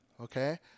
okay